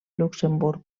luxemburg